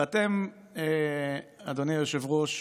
ואתם, אדוני היושב-ראש,